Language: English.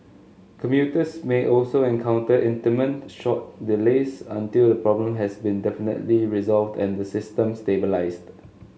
commuters may also encounter intermittent short delays until the problem has been definitively resolved and the system stabilised